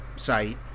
site